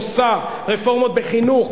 עושה רפורמות בחינוך,